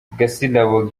gasirabo